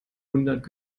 hundert